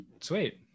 sweet